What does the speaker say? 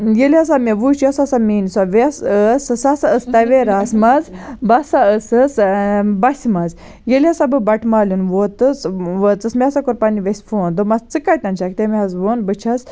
ییٚلہِ ہَسا مےٚ وٕچھ یۄس ہَسا میٲنٛۍ سۄ وٮ۪س ٲس سۄ ہَسا ٲس تَویراہَس مَنٛزبہٕ ہَسا ٲسٕس بَسہِ مَنٛز ییٚلہِ ہَسا بہٕ بَٹہٕ مالنیُن ووتُس وٲژٕس مےٚ ہَسا کوٚر پَننہِ وٮ۪سہِ فون دوٚپمَس ژٕ کَتٮ۪ن چھَکھ تمۍ حظ ووٚن بہٕ چھَس